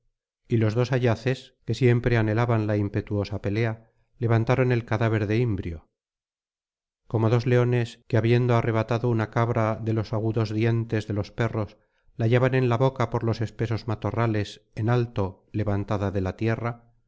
y los dos ayaces que siempre anhelaban la impetuosa pelea levantaron el cadáver de imbrio como dos leones que habiendo arrebatado una cabra de los agudos dientes de los perros la llevan en la boca por los espesos matorrales en alto levantada de la tierra